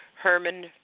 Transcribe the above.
Herman